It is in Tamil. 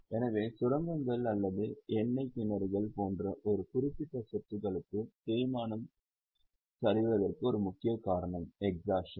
எனவே சுரங்கங்கள் அல்லது எண்ணெய் கிணறுகள் போன்ற ஒரு குறிப்பிட்ட சொத்துக்களுக்கு தேய்மானம் சரிவதற்கு ஒரு முக்கிய காரணம் எஸ்ஹாஷன்